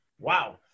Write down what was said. Wow